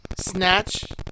Snatch